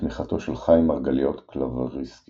בתמיכתו של חיים מרגליות קלווריסקי,